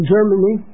Germany